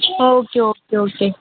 okay okay okay